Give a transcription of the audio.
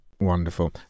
wonderful